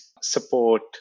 support